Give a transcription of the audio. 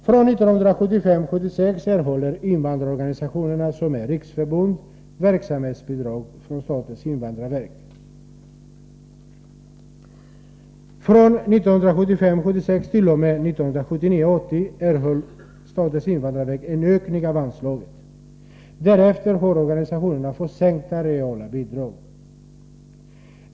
Från 1975 76 t.o.m. 1979/80 erhöll invandrarverket en ökning av anslaget. Därefter har organisationerna fått sänkta reala bidrag.